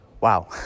Wow